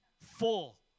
Full